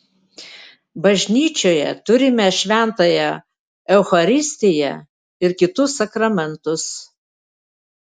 bažnyčioje turime šventąją eucharistiją ir kitus sakramentus